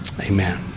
amen